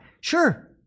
Sure